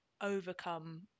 overcome